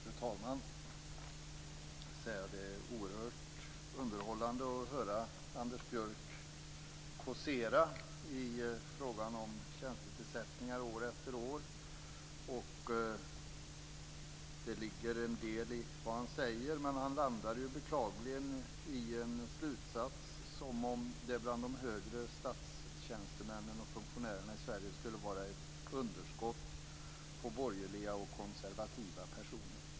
Fru talman! Det är oerhört underhållande att höra Anders Björck kåsera om tjänstetillsättningar år efter år. Det ligger en del i det han säger. Men han landar beklagligtvis i slutsatsen att det bland de högre statstjänstemännen och funktionärerna i Sverige skulle vara ett underskott på borgerliga och konservativa personer.